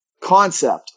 concept